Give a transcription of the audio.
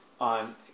on